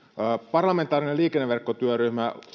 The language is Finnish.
parlamentaarinen liikenneverkkotyöryhmä